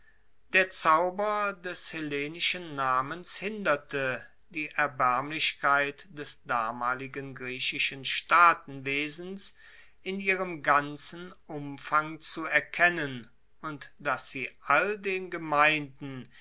der zauber des hellenischen namens hinderte die erbaermlichkeit des damaligen griechischen staatenwesens in ihrem ganzen umfang zu erkennen und dass sie all den gemeinden